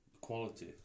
Quality